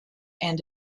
and